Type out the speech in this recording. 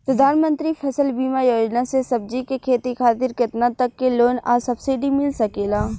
प्रधानमंत्री फसल बीमा योजना से सब्जी के खेती खातिर केतना तक के लोन आ सब्सिडी मिल सकेला?